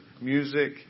music